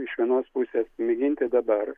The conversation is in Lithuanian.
iš vienos pusės mėginti dabar